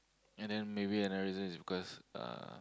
and then maybe another reason is because uh